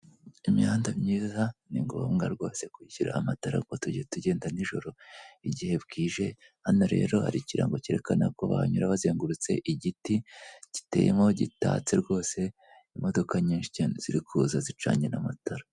Imihanda myiza ni ngombwa rwose kugira amatara kuko tugenda nijoro, igihe bwije. Hano rero hari ikirango cyerekana ko bahanyura bazengurutse igiti giteyemo gitatse rwose, imodoka nyinshi cyane ziri kuza zicanye n'amatara.